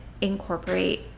incorporate